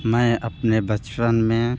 मैं अपने बचपन में